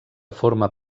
forma